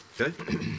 okay